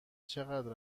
چقدر